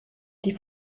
die